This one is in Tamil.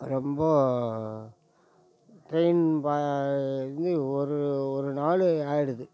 ரொம்ப ட்ரெயின் ப இது ஒரு ஒரு நாள் ஆகிடுது